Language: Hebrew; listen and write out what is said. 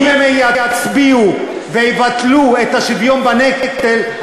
אם הם יצביעו ויבטלו את השוויון בנטל,